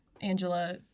Angela